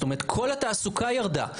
זאת אומרת, כל התעסוקה ירדה.